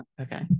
Okay